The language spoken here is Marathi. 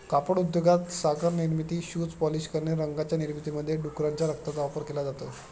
कापड उद्योगात, साखर निर्मिती, शूज पॉलिश करणे, रंगांच्या निर्मितीमध्ये डुकराच्या रक्ताचा वापर केला जातो